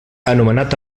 anomenat